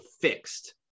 fixed